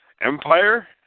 Empire